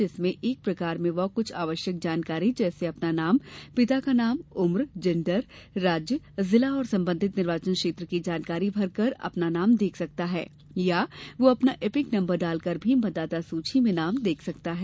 जिसमें एक प्रकार में वह कुछ आवश्यक जानकारी जैसे अपना नाम पिता का नाम उम्र जेण्डर राज्य जिला और संबंधित निर्वाचन क्षेत्र की जानकारी भरकर अपना नाम देख सकता है अथवा वह अपना इपिक नम्बर डालकर भी मतदाता सूची में नाम देख सकता है